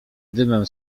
dymem